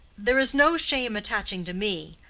there is no shame attaching to me.